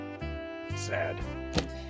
Sad